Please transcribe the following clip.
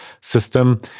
system